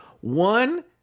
One